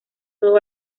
todo